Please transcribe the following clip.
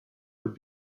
would